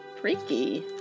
freaky